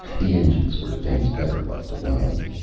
the engines were things better left alone.